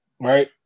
Right